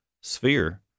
sphere